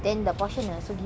are they very cheap